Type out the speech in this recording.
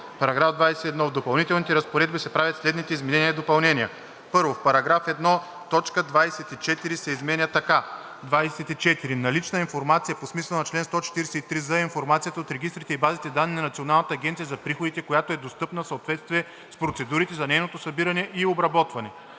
§ 21: „§ 21. В допълнителните разпоредби се правят следните изменения и допълнения: 1. В § 1: а) точка 24 се изменя така: „24. „Налична информация“ по смисъла на чл. 143з е информацията от регистрите и базите данни на Националната агенция за приходите, която е достъпна в съответствие с процедурите за нейното събиране и обработване.“;